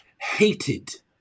hated